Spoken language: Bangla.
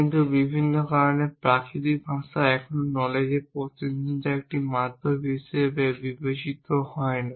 কিন্তু বিভিন্ন কারণে প্রাকৃতিক ভাষা এখনও নলেজএর প্রতিনিধিত্বের একটি মাধ্যম হিসেবে বিবেচিত হয় না